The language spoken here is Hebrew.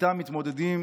שאיתם מתמודדים